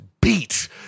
beat